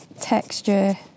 texture